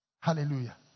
Hallelujah